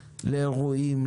לאירועים,